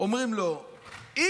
אומרים לו x,